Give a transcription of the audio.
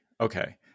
Okay